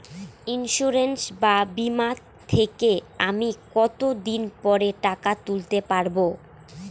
Insurance বা বিমা থেকে আমি কত দিন পরে টাকা তুলতে পারব?